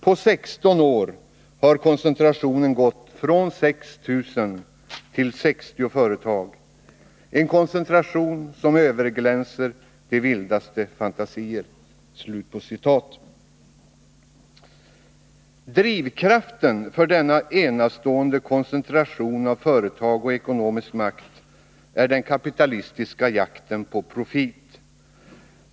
På sexton år har koncentrationen gått från 6 000 till 60 företag — en koncentration som överglänser de vildaste fantasier.” Drivkraften för denna enastående koncentration av företag och ekonomisk makt är den kapitalistiska jakten på profit.